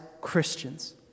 Christians